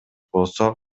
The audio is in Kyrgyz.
болсо